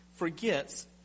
forgets